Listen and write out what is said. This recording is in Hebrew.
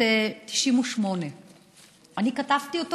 1998. אני כתבתי אותו.